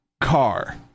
car